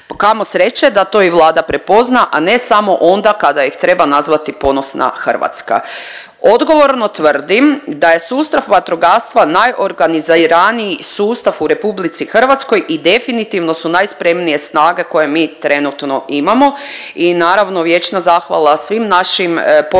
kamo sreće da to i Vlada prepozna, a ne samo onda kad ih treba nazvati Ponosna Hrvatska. Odgovorno tvrdim da je sustav vatrogastva najorganiziraniji sustav u RH i definitivno su najspremnije snage koje mi trenutno imamo i naravno vječna zahvala svim našim poginulim